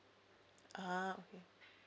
ah okay